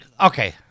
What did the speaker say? okay